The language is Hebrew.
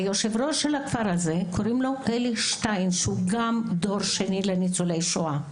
שמו של יושב ראש הכפר הזה הוא פלא שטיין שהוא גם דור שני לניצולי שואה.